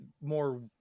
more